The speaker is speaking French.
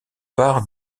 part